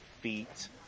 feet